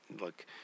look